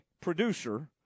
producer